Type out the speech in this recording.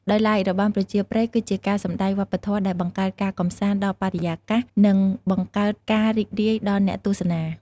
ដោយឡែករបាំប្រជាប្រិយគឺជាការសំដែងវប្បធម៌ដែលបង្កើតការកំសាន្តដល់បរិយាកាស និងបង្កើតការរីករាយដល់អ្នកទស្សនា។